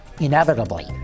Inevitably